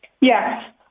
Yes